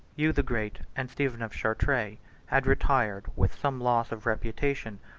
hugh the great, and stephen of chartres, had retired with some loss of reputation,